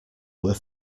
were